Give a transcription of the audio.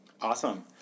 Awesome